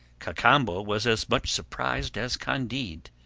cacambo was as much surprised as candide.